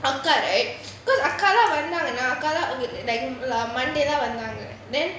I've got a good I colour my mother now they lah monday though and then a column under near then he was suddenly we like all honored um